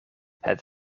het